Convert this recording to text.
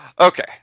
Okay